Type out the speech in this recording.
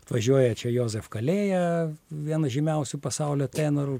atvažiuoja čia jozef kaleja vienas žymiausių pasaulio tenorų